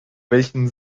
welchen